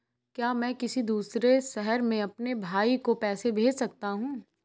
क्या मैं किसी दूसरे शहर में अपने भाई को पैसे भेज सकता हूँ?